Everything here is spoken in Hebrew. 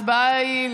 אנחנו מחליטים.